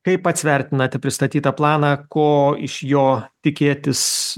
kaip pats vertinate pristatytą planą ko iš jo tikėtis